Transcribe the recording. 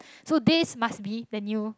so this must be the new